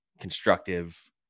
constructive –